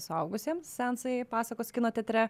suaugusiems seansai pasakos kino teatre